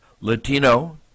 Latino